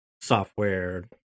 software